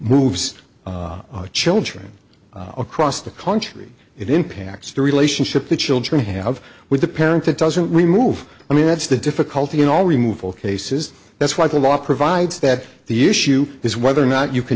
moves children across the country it impacts the relationship the children have with the parent that doesn't remove i mean that's the difficulty in all removal cases that's why the law provides that the issue is whether or not you can